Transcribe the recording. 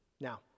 Now